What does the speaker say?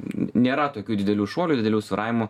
nėra tokių didelių šuolių didelių svyravimų